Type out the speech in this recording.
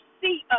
see